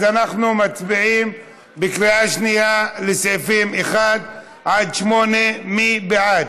אז אנחנו מצביעים בקריאה שנייה על סעיפים 1 8 מי בעד?